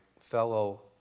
fellow